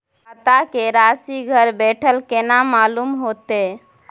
खाता के राशि घर बेठल केना मालूम होते?